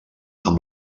amb